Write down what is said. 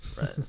Right